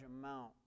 amount